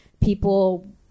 people